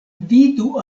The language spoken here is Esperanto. vidu